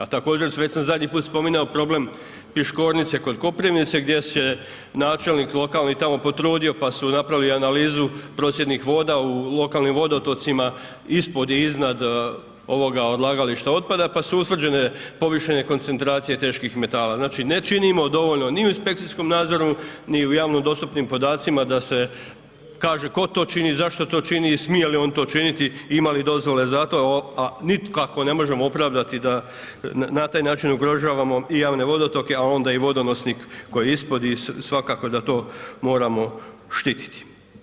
A također, već sam zadnji put spominjao, problem Piškornice kod Koprivnice, gdje se načelnik lokalni tamo potrudio pa su napravili analizu procjednih voda u lokalnim vodotocima ispod i iznad ovog odlagališta otpada pa su utvrđene povišene koncentracije teških metala, znači ne činimo dovoljno ni u inspekcijskom nadzoru, ni u javno dostupnim podacima da se kaže tko to čini, zašto to čini i smije li on to činiti i ima li dozvole za to, a nikako ne možemo opravdati da na taj način ugrožavamo i javne vodotoke, a onda i vodonosnik koji je ispod i svakako da to moramo štititi.